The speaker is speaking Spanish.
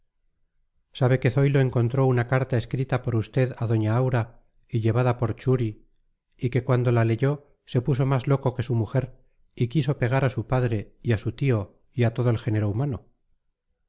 sabe que zoilo encontró una carta escrita por usted a doña aura y llevada por churi y que cuando la leyó se puso más loco que su mujer y quiso pegar a su padre y a su tío y a todo el género humano